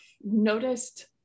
noticed